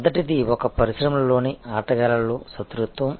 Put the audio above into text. మొదటిది ఒక పరిశ్రమలోని ఆటగాళ్ళలో శత్రుత్వం